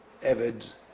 evid